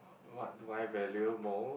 uh what do I value most